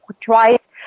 twice